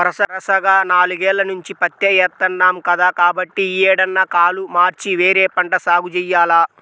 వరసగా నాలుగేల్ల నుంచి పత్తే ఏత్తన్నాం కదా, కాబట్టి యీ ఏడన్నా కాలు మార్చి వేరే పంట సాగు జెయ్యాల